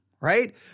right